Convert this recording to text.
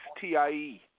TIE